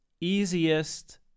easiest